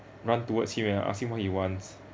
run towards him and ask him what he wants